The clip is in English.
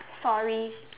sorry